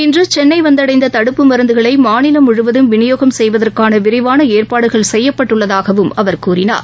இன்றுசென்னைவந்தடைந்ததடுப்பு மருந்துகளைமாநிலம் முழுவதும் விநியோகம் செய்வதற்கானவிரிவானஏற்பாடுகள் செய்யப்பட்டுள்ளதாகவும் அவர் கூறினார்